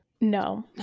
No